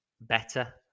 better